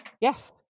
Yes